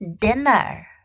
dinner